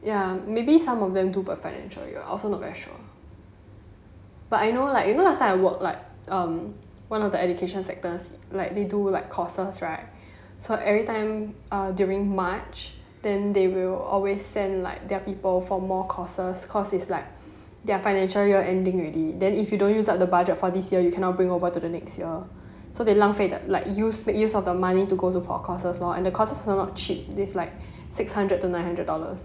ya maybe some of them do by financial year I'm also not very sure but I know like you know last time I work like um one of the education sectors like they do like courses right so every time err during march then they will always send like their people for more courses cause it's like their financial year ending already then if you don't use up the budget for this year you cannot bring over to the next year so they 浪费 like use make use of the money to go to for courses lor and the courses are not cheap it's like six hundred to nine hundred dollars